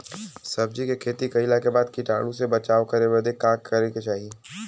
सब्जी के खेती कइला के बाद कीटाणु से बचाव करे बदे का करे के चाही?